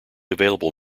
available